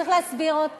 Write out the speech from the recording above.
צריך להסביר עוד פעם?